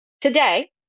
Today